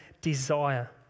desire